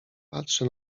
patrzy